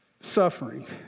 suffering